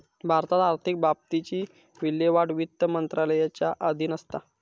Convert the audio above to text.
भारतात आर्थिक बाबतींची विल्हेवाट वित्त मंत्रालयाच्या अधीन असता